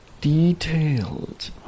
detailed